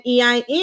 EIN